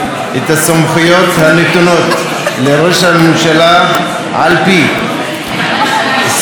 את הסמכויות הנתונות לראש הממשלה על פי סעיפים